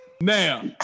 Now